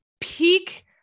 peak